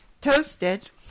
toasted